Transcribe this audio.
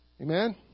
Amen